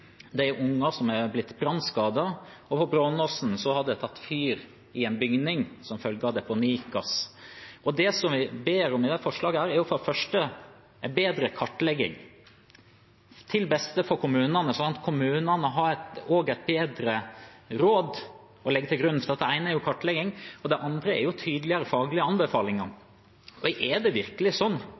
vi ber om i dette forslaget, er for det første en bedre kartlegging til beste for kommunene, sånn at kommunene har bedre råd å legge til grunn. For det ene er kartlegging, det andre er tydeligere faglige anbefalinger. Er det virkelig sånn